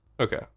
okay